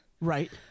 Right